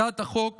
הצעת החוק